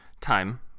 time